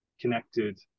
connected